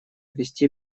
вести